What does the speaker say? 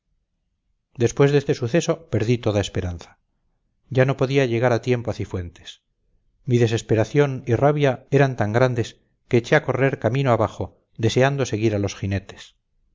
después de este suceso perdí toda esperanza ya no podía llegar a tiempo a cifuentes mi desesperación y rabia eran tan grandes que eché a correr camino abajo deseando seguir a los jinetes